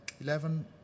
eleven